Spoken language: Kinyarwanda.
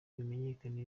bimenyekane